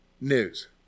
news